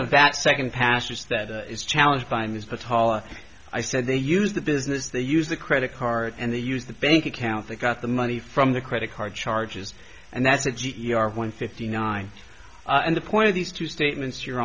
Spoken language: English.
of that second passes that is challenged by ms but hala i said they use the business they use the credit card and they use the bank account they got the money from the credit card charges and that's it g e r one fifty nine and the point of these two statements your